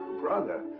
brother?